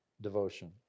Devotion